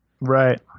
Right